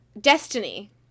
destiny